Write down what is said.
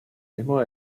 mismo